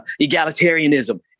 Egalitarianism